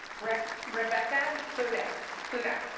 brexit rebecca buday budaya